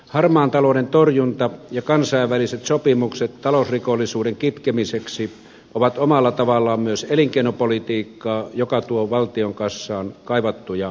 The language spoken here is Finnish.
harmaan talouden torjunta ja kansainväliset sopimukset talousrikollisuuden kitkemiseksi ovat omalla tavallaan myös elinkeinopolitiikkaa joka tuo valtion kassaan kaivattuja veroeuroja